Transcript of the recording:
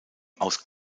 aus